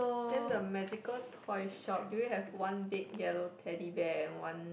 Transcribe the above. then the magical toy shop do you have one big yellow Teddy Bear and one